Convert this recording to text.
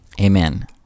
Amen